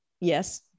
yes